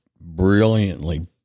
brilliantly